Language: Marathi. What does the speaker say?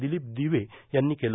दिलीप दिवे यांनी केलं